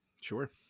Sure